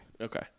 Okay